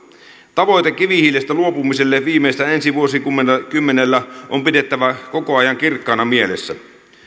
tavoite kivihiilestä luopumiselle viimeistään ensi vuosikymmenellä on pidettävä koko ajan kirkkaana mielessä